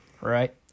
Right